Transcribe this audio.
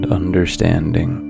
understanding